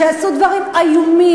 שעשו דברים איומים,